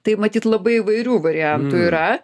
tai matyt labai įvairių variantų yra